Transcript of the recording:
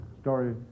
story